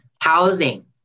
housing